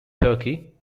turkey